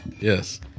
Yes